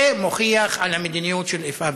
זה מוכיח את המדיניות של איפה ואיפה.